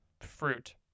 fruit